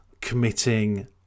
committing